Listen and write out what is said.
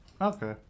Okay